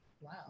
wow